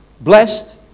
Blessed